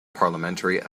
parliamentary